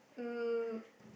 um